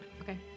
Okay